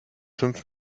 fünf